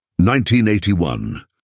1981